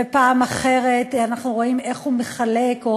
ופעם אחרת אנחנו רואים איך הוא מחלק או